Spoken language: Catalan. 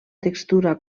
textura